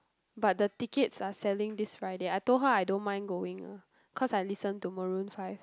but the tickets are selling this Friday I told her I don't mind going ah cause I listen to Maroon five